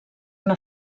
una